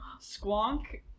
Squonk